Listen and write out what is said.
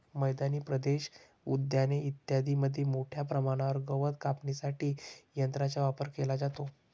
मैदानी प्रदेश, उद्याने इत्यादींमध्ये मोठ्या प्रमाणावर गवत कापण्यासाठी यंत्रांचा वापर केला जातो